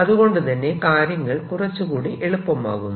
അതുകൊണ്ടുതന്നെ കാര്യങ്ങൾ കുറച്ചുകൂടി എളുപ്പമാകുന്നു